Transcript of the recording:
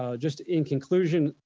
ah just in conclusion,